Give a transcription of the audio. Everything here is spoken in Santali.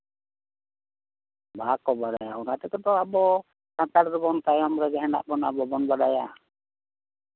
ᱵᱷᱟᱜᱽ ᱠᱚ ᱵᱟᱲᱟᱭᱟ ᱚᱱᱟ ᱛᱮᱜᱮ ᱛᱚ ᱟᱵᱚ ᱥᱟᱱᱛᱟᱲ ᱫᱚ ᱛᱟᱭᱚᱢ ᱨᱮᱜᱮ ᱢᱮᱱᱟᱜ ᱵᱚᱱᱟ ᱵᱟᱵᱚᱱ ᱵᱟᱲᱟᱭᱟ